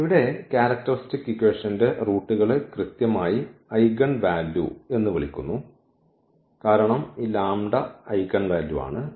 ഇവിടെ ഈ ക്യാരക്ടറിസ്റ്റിക് ഇക്വേഷൻന്റെ റൂട്ട്കളെ കൃത്യമായി ഐഗൺ വാല്യൂ എന്ന് വിളിക്കുന്നു കാരണം ഈ ലാംബഡ ഐഗൺ വാല്യൂ ആണ്